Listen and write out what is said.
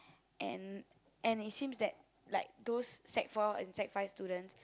and and it seems that like those sec-four and sec-five students